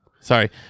Sorry